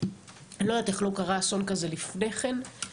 אני לא יודעת איך לא קרה אסון כזה לפני כן.